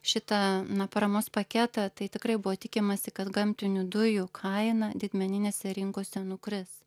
šitą paramos na paketą tai tikrai buvo tikimasi kad gamtinių dujų kaina didmeninėse rinkose nukris